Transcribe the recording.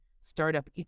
startup